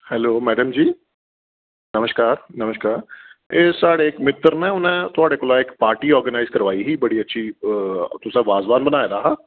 hello madam ji नमस्कार नमस्कार एह् साढ़े इक मित्तर न उ'नें थुआढ़े कोला इक पार्टी आरगनाइज करवाई ही बड़ी अच्छी तुसें बाजवान बनाए दा हा